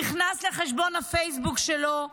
נכנס לחשבון הפייסבוק שלו,